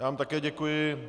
Já vám také děkuji.